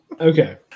Okay